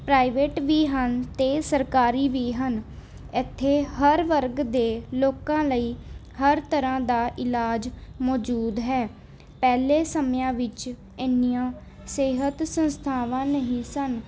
private ਵੀ ਹਨ ਅਤੇ ਸਰਕਾਰੀ ਵੀ ਹਨ ਇੱਥੇ ਹਰ ਵਰਗ ਦੇ ਲੋਕਾਂ ਲਈ ਹਰ ਤਰ੍ਹਾਂ ਦਾ ਇਲਾਜ ਮੌਜੂਦ ਹੈ ਪਹਿਲੇ ਸਮਿਆਂ ਵਿੱਚ ਇੰਨੀਆਂ ਸਿਹਤ ਸੰਸਥਾਵਾਂ ਨਹੀਂ ਸਨ